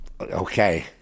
Okay